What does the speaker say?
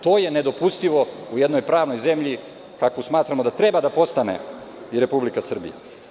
To je nedopustivo u jednoj pravnoj zemlji kakvu smatramo da treba postane i Republika Srbija.